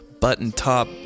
button-top